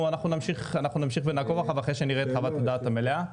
נמשיך לעקוב אחריו אחרי שנראה את חוות הדעת המלאה.